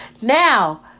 Now